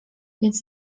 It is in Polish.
więc